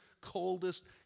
coldest